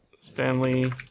Stanley